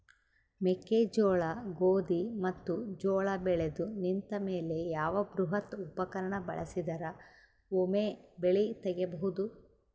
ಮೆಕ್ಕೆಜೋಳ, ಗೋಧಿ ಮತ್ತು ಜೋಳ ಬೆಳೆದು ನಿಂತ ಮೇಲೆ ಯಾವ ಬೃಹತ್ ಉಪಕರಣ ಬಳಸಿದರ ವೊಮೆ ಬೆಳಿ ತಗಿಬಹುದು?